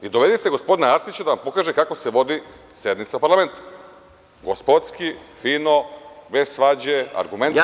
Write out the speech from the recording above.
Dovedite gospodina Arsića da vam pokaže kako se vodi sednica parlamenta, gospodski, fino, bez svađe, argumentovano